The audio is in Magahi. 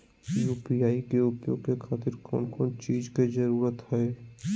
यू.पी.आई के उपयोग के खातिर कौन कौन चीज के जरूरत है?